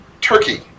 Turkey